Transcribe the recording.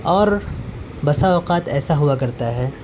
اور بسا اوقات ایسا ہوا کرتا ہے